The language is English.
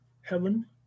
heaven